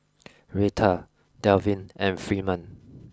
Retta Delvin and Freeman